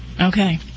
Okay